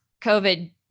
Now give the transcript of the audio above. covid